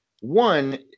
One